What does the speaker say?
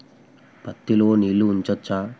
పత్తి లో నీళ్లు ఉంచచ్చా?